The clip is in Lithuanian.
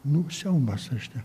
nu siaubas reiškia